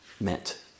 meant